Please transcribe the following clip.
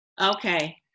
Okay